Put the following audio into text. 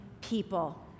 people